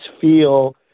feel